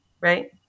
right